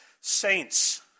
saints